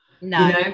No